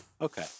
Okay